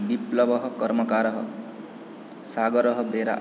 विप्लवः कर्मकारः सागरः बेरा